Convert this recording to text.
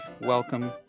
Welcome